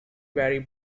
vary